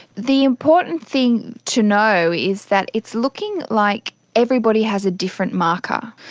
the important thing to know is that it's looking like everybody has a different marker.